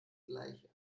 gleiche